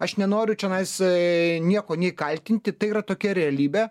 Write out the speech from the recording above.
aš nenoriu čionais ei nieko nei kaltinti tai yra tokia realybė